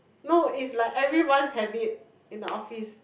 no it's like everyone's habit in the office